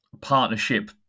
partnership